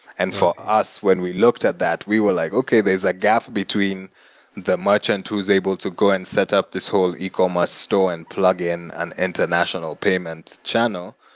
and for us, when we looked at that, we were like, okay. there's a gap between the merchant who's able to go and set up this whole ecommerce store and plugin and international payment channel.